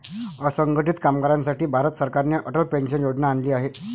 असंघटित कामगारांसाठी भारत सरकारने अटल पेन्शन योजना आणली आहे